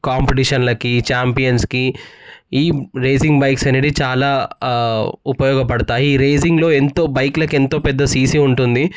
కాంపిటీషన్లకి ఛాంపియన్స్కి ఈ racing bikes అనేవి చాలా ఉపయోగపడతాయి ఈ రేసింగ్లో ఎంతో బైక్లకి ఎంతో పెద్ద సీసీ ఉంటుంది